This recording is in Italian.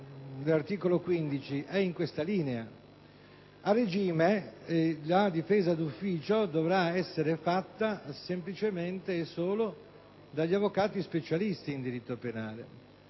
dell'articolo 15 è in questa linea: a regime, la difesa d'ufficio dovrà essere attuata semplicemente e solo dagli avvocati specialisti in diritto penale;